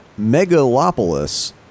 megalopolis